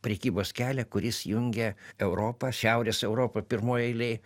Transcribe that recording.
prekybos kelią kuris jungia europą šiaurės europą pirmoj eilėj